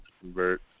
convert